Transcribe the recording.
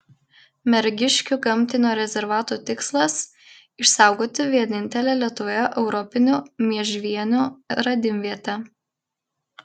mergiškių gamtinio rezervato tikslas išsaugoti vienintelę lietuvoje europinių miežvienių radimvietę